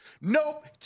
Nope